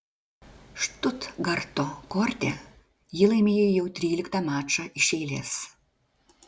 štutgarto korte ji laimėjo jau tryliktą mačą iš eilės